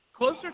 Closer